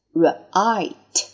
right